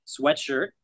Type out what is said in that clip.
sweatshirt